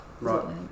Right